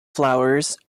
flowers